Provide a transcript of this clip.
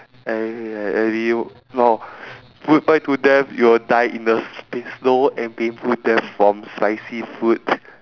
eh and you no goodbye to them you will die in a s~ pai~ slow and painful death from spicy food